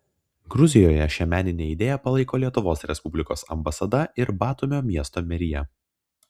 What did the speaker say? gruzijoje šią meninę idėją palaiko lietuvos respublikos ambasada ir batumio miesto merija